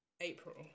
April